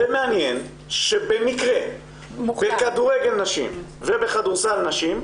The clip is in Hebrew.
מעניין שבמקרה בכדורגל נשים ובכדורסל נשים,